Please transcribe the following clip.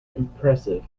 impressive